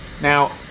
Now